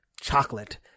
chocolate